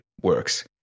works